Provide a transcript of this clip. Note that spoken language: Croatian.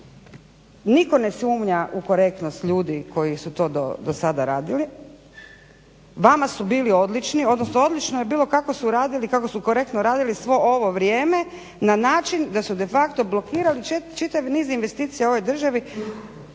nitko ne sumnja u korektnost ljudi koji su to do sada radili. Vama su bili odlični, odnosno odlično je bilo kako su radili i kako su korektno radili svo ovo vrijeme na način da su de facto blokirali čitav niz investicija u ovoj državi